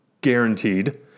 guaranteed